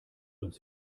uns